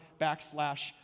backslash